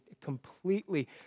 completely